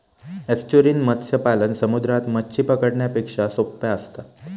estuarine मत्स्य पालन समुद्रात मच्छी पकडण्यापेक्षा सोप्पा असता